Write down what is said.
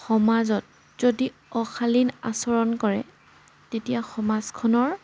সমাজত যদি অশালীন আচৰণ কৰে তেতিয়া সমাজখনৰ